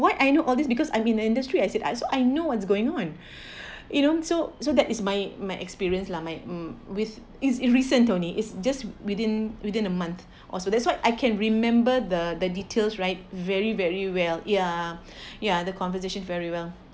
why I know all these because I'm in industry as it so I know what's going on you you know so that is my my experience lah my with is is recent only is just within within a month or so that's why I can remember the the details right very very well ya ya the conversation very well